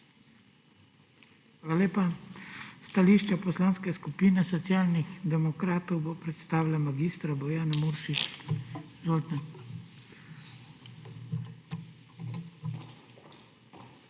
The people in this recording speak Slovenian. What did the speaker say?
Hvala lepa. Stališče Poslanske skupine Socialnih demokratov bo predstavila mag. Bojana Muršič. Izvolite.